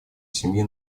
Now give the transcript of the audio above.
семьи